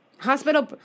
Hospital